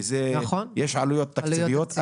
כי יש עלויות תקציביות,